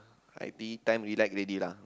I_T_E time relax already lah